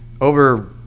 over